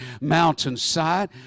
mountainside